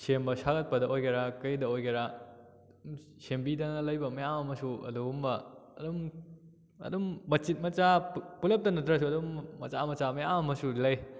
ꯁꯦꯝꯕ ꯁꯥꯒꯠꯄꯗ ꯑꯣꯏꯒꯦꯔꯥ ꯀꯔꯤꯗ ꯑꯣꯏꯒꯦꯔꯥ ꯁꯦꯝꯕꯤꯗꯅ ꯂꯩꯕ ꯃꯌꯥꯝ ꯑꯃꯁꯨ ꯑꯗꯨꯒꯨꯝꯕ ꯑꯗꯨꯝ ꯑꯗꯨꯝ ꯃꯆꯤꯠ ꯃꯆꯥ ꯄꯨꯂꯞꯇ ꯅꯠꯇ꯭ꯔꯁꯨ ꯑꯗꯨꯝ ꯃꯆꯥ ꯃꯆꯥ ꯃꯌꯥꯝ ꯑꯃꯁꯨ ꯂꯩ